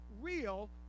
real